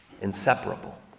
inseparable